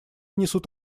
несут